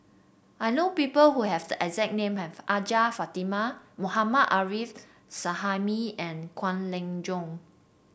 I know people who have the exact name as Hajjah Fatimah Mohammad Arif Suhaimi and Kwek Leng Joo